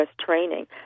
training